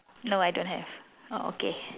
no I don't have oh okay